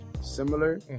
similar